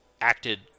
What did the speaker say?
Acted